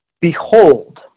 Behold